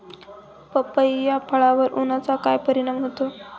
पपई या फळावर उन्हाचा काय परिणाम होतो?